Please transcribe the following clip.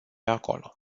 acolo